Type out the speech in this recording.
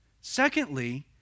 Secondly